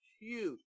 huge